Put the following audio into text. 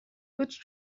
which